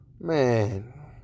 Man